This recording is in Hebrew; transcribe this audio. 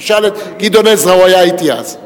תשאל את גדעון עזרא, הוא היה אתי אז.